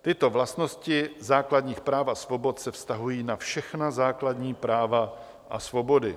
Tyto vlastnosti základních práv a svobod se vztahují na všechna základní práva a svobody.